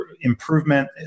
improvement